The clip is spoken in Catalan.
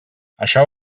això